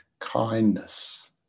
kindness